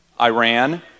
Iran